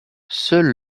seuls